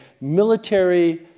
military